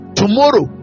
tomorrow